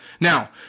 Now